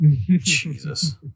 Jesus